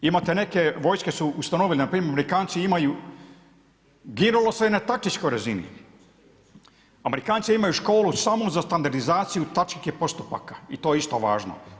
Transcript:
Imate neke vojske su ustanovile npr. Amerikanci imaju ginulo se na taktičkoj razini, Amerikanci imaju školu samo za standardizaciju taktičkih postupaka i to je isto važno.